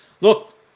Look